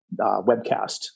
webcast